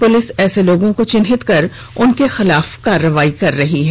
police ऐसे लोगों को चिन्हित कर उनके खिलाफ कार्रवाई कर रही है